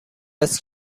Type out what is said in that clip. است